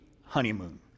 honeymoon